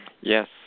Yes